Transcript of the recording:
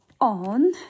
on